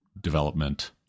development